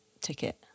ticket